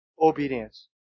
obedience